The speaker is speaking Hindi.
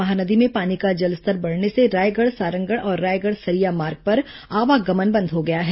महानदी में पानी का जलस्तर बढ़ने से रायगढ़ सारंगढ़ और रायगढ़ सरिया मार्ग पर आवागमन बंद हो गया है